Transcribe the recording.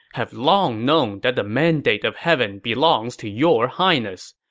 have long known that the mandate of heaven belongs to your highness.